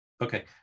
Okay